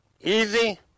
easy